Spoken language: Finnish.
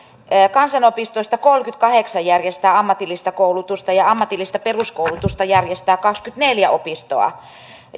kansanopistoista kolmekymmentäkahdeksan järjestää ammatillista koulutusta ja ammatillista peruskoulutusta järjestää kaksikymmentäneljä opistoa